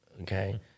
okay